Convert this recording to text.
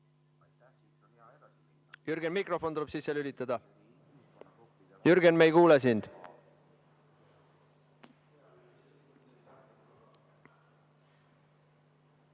Jürgen, mikrofon tuleb sisse lülitada. Jürgen, me ei kuule sind.